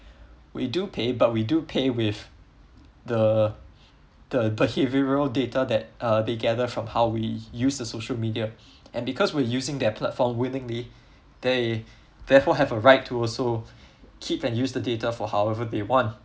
we do pay but we do pay with the the behavioral data that uh they gather from how we use the social media and because we're using their platform willingly they therefore have a right to also keep and use data for however they want